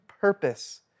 purpose